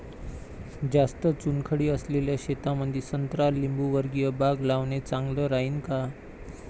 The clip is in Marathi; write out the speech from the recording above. जास्त चुनखडी असलेल्या शेतामंदी संत्रा लिंबूवर्गीय बाग लावणे चांगलं राहिन का?